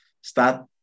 start